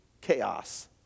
chaos